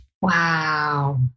wow